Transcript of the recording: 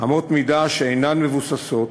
אמות מידה שאינן מבוססות,